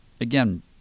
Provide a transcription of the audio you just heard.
again